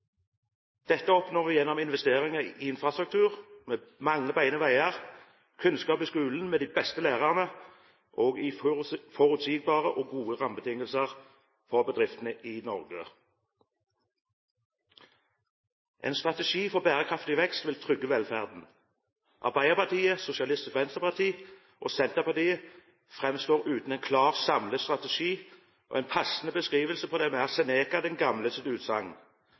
Dette oppnår vi gjennom investeringer i infrastruktur, med mange beine veier, gjennom kunnskap i skolen, med de beste lærerne, og gjennom forutsigbare og gode rammebetingelser for bedriftene i Norge. En strategi for bærekraftig vekst vil trygge velferden. Arbeiderpartiet, Sosialistisk Venstreparti og Senterpartiet framstår uten en klar samlet strategi, og en passende beskrivelse på dem er Seneca den eldres utsagn: